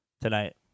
tonight